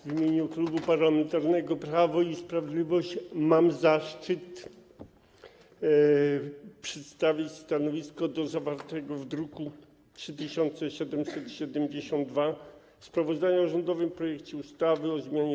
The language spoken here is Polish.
W imieniu Klubu Parlamentarnego Prawo i Sprawiedliwość mam zaszczyt przedstawić stanowisko odnośnie do zawartego w druku nr 3772 sprawozdania o rządowym projekcie ustawy o zmianie